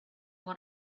what